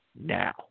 now